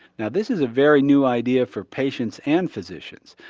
now this is a very new idea for patients and physicians.